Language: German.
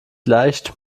leicht